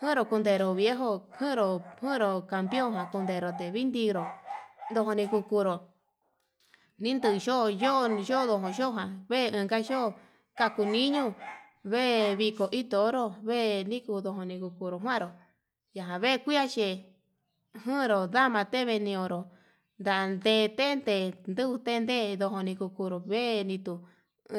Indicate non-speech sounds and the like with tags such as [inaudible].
Njuero kundero viejo njuero njuero ndeu kundero tevii, tinru [noise] ndekunkuru ninduyo yo'o yodo nuu yo'o nave inka yo'o kaku niño [noise] vee iko hi toro, vee nikudoni kukoro njukuru ñakave kenjuan yee njuro ndava teve ñon ñonro ndante tete, ndutinte nduni kuku noveritu